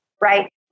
right